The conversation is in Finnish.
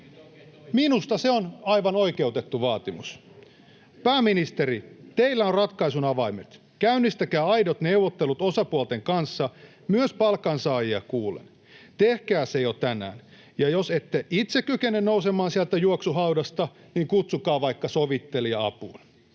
Minusta se on aivan oikeutettu vaatimus. Pääministeri, teillä on ratkaisun avaimet. Käynnistäkää aidot neuvottelut osapuolten kanssa myös palkansaajia kuullen. Tehkää se jo tänään. Ja jos ette itse kykene nousemaan sieltä juoksuhaudasta, niin kutsukaa vaikka sovittelija apuun.